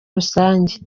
rusange